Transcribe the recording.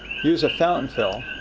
use a fountain fill,